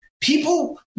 people